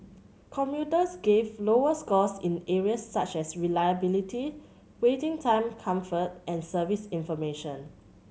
commuters gave lower scores in areas such as reliability waiting time comfort and service information